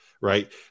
Right